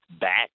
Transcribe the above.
back